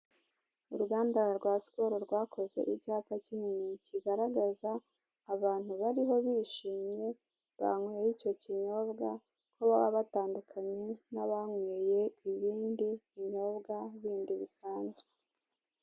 Uruganda rwa sikoro rwakoze icyapa kinini kigaragaza abantu bariho bishimye banywye icyo kinyobwa ko baba batandukanye n'abanyweye ibindi binyobwa bindi bisanzwe.